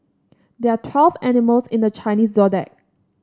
there are twelve animals in the Chinese Zodiac